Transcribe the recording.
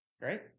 Great